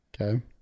Okay